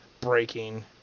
breaking